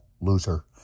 loser